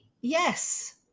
yes